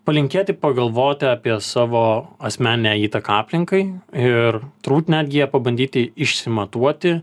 palinkėti pagalvoti apie savo asmeninę įtaką aplinkai ir turbūt netgi ją pabandyti išsimatuoti